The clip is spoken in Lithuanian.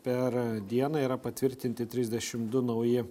per dieną yra patvirtinti trisdešim du nauji